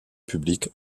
public